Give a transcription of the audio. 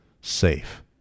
safe